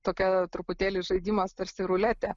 tokia truputėlį žaidimas tarsi ruletė